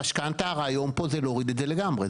שהמשכנתא, הרעיון פה הוא להוריד את זה לגמרי.